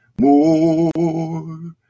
more